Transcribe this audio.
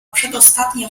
przedostatnia